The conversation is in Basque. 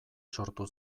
sortu